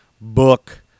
book